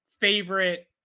favorite